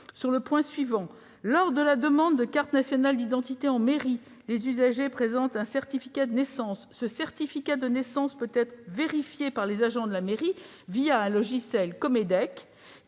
sur le point suivant : lors de la demande de carte nationale d'identité en mairie, les usagers présentent un certificat de naissance. Ce certificat de naissance peut être vérifié par les agents de la mairie le logiciel Comedec,